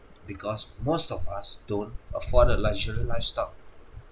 because most of us don't afford a luxury lifestyle